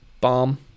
bomb